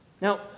Now